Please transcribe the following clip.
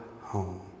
home